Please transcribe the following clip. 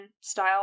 style